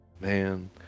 man